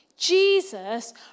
Jesus